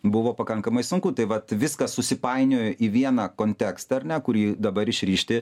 buvo pakankamai sunku tai vat viskas susipainiojo į vieną kontekstą ar ne kurį dabar išrišti